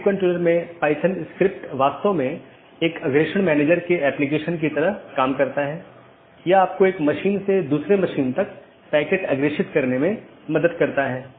इसलिए एक path vector में मार्ग को स्थानांतरित किए गए डोमेन या कॉन्फ़िगरेशन के संदर्भ में व्यक्त किया जाता है